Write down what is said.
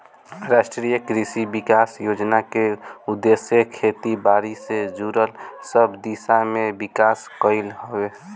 राष्ट्रीय कृषि विकास योजना के उद्देश्य खेती बारी से जुड़ल सब दिशा में विकास कईल हवे